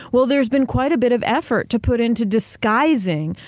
well there's been quite a bit of effort to put into disguising,